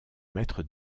maître